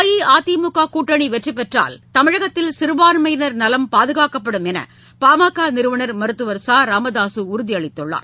அஇஅதிமுக கூட்டணி வெற்றி பெற்றால் தமிழகத்தில் சிறுபான்மையினர் நலன் பாதுகாக்கப்படும் என்று பாமக நிறுவனர் மருத்துவர் ச ராமதாசு உறுதியளித்துள்ளார்